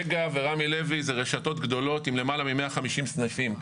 מגה ורמי לוי זה רשתות גדולות עם למעלה מ-150 סניפים.